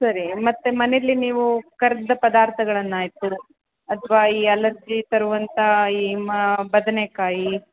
ಸರಿ ಮತ್ತು ಮನೇಲಿ ನೀವು ಕರಿದ ಪದಾರ್ಥಗಳನ್ನಾಯ್ತು ಅಥ್ವಾ ಈ ಅಲರ್ಜಿ ತರುವಂಥಾ ಈ ಮ ಬದನೆಕಾಯಿ